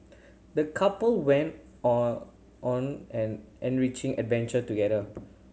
the couple went on on an enriching adventure together